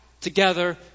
together